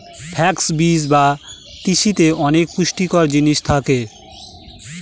flux বীজ বা তিসিতে অনেক পুষ্টিকর জিনিস থাকে